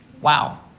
Wow